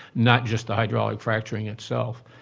not just the hydraulic fracturing itself.